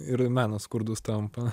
ir menas skurdus tampa